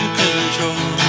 control